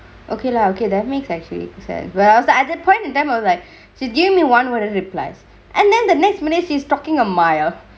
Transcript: okay lah okay that makes actually set whereas the other point in time or like did you may one wouldn't replies and then the next minute is talkingk a mile